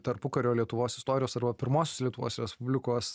tarpukario lietuvos istorijos arba pirmosios lietuvos respublikos